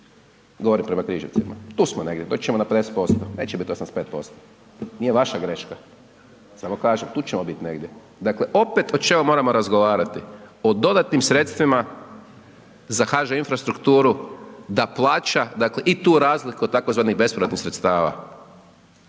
govorim prema Križevcima, tu smo negdje, doći ćemo na 50%, neće biti 85%, nije vaša greška, samo kažem, tu ćemo biti negdje, dakle, opet o čemu moramo razgovarati, o dodatnim sredstvima za HŽ infrastrukturu da plaća, dakle, i tu razliku o tzv. bespovratnih sredstava,